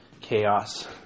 chaos